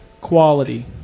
quality